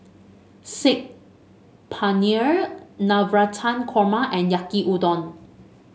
Saag Paneer Navratan Korma and Yaki Udon